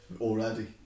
already